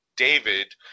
David